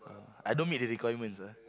oh I don't meet the requirements ah